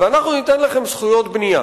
ואנחנו ניתן לכם זכויות בנייה.